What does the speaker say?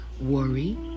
worry